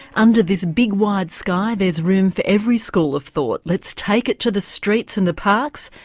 under this big wide sky there's room for every school of thought, let's take it to the streets and the parks,